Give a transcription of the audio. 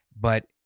but-